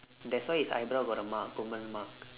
that's why his eyebrow got a mark permanent mark